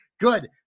good